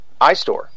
iStore